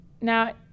Now